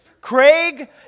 Craig